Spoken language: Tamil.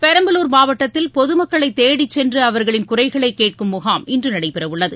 பெரம்பலூர் மாவட்டத்தில் பொதுமக்களை தேடிச் சென்று அவர்களின் குறைகளை கேட்கும் முகாம் இன்று நடைபெறவுள்ளது